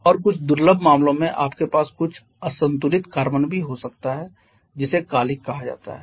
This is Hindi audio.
और कुछ दुर्लभ मामलों में आपके पास कुछ असंतुलित कार्बन भी हो सकता है जिसे कालिख कहा जाता है